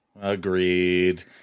Agreed